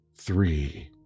three